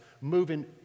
moving